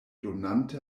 donante